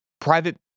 private